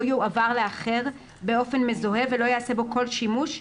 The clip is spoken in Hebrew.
יועבר לאחר באופן מזוהה ולא ייעשה בו כל שימוש,